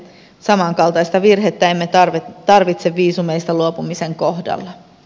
samankaltaista virhettä emme tarvitse viisumeista luopumisen kohdalla